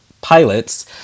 pilots